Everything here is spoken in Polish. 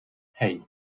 hej